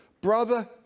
Brother